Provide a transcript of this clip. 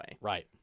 Right